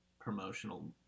promotional